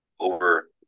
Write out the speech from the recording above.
Over